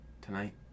Tonight